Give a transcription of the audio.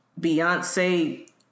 Beyonce